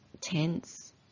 tense